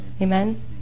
Amen